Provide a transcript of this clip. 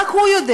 רק הוא יודע.